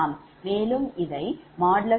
மேலும் இதை ||Yik|sinikBik என்றும் எழுதலாம்